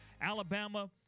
Alabama